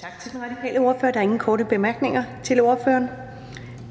Tak til Enhedslistens ordfører. Der er ingen korte bemærkninger til ordføreren.